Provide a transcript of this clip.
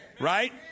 right